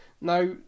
now